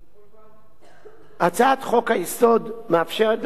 הצעת חוק-היסוד מאפשרת לכנסת להתגבר על פסיקת